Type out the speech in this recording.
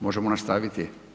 Možemo nastaviti?